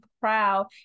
proud